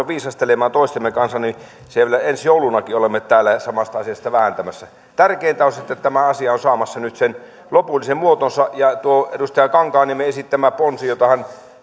viisastelemaan toistemme kanssa niin vielä ensi joulunakin olemme täällä samasta asiasta vääntämässä tärkeintä on se että tämä asia on saamassa nyt sen lopullisen muotonsa edustaja kankaanniemen esittämä ponsi jota hän